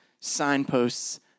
signposts